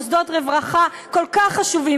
מוסדות רווחה כל כך חשובים,